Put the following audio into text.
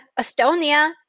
Estonia